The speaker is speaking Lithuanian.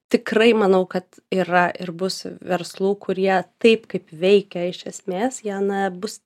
tikrai manau kad yra ir bus verslų kurie taip kaip veikia iš esmės jie na bus